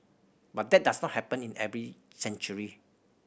but that does not happen in every century